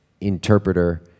interpreter